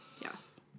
Yes